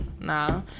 Nah